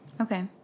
Okay